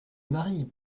marie